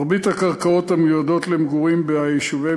מרבית הקרקעות המיועדות למגורים ביישובי